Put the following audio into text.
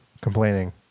complaining